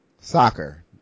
Soccer